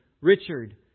Richard